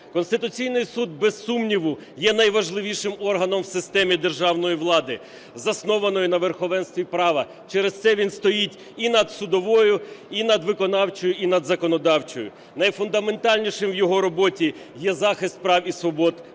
Конституційний Суд, без сумнівну, є найважливішим органом в системі державної влади, заснованої на верховенстві права, через це він стоїть і над судовою, і над виконавчою, і над законодавчою. Найфундаментальнішим у його роботі є захист прав і свобод людини.